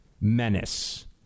menace